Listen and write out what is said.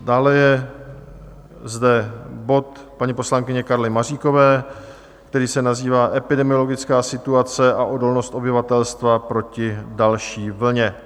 Dále je zde bod paní poslankyně Karly Maříkové, který se nazývá Epidemiologická situace a odolnost obyvatelstva proti další vlně.